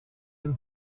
jen